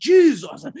Jesus